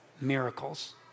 miracles